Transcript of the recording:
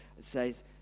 says